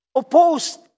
opposed